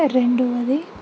రెండవది